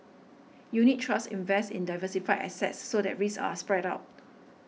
unit trusts invest in diversified assets so that risks are spread out